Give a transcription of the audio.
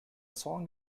song